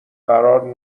قرار